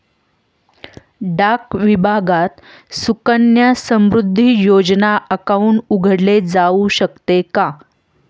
डाक विभागात सुकन्या समृद्धी योजना अकाउंट उघडले जाऊ शकते का?